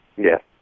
Yes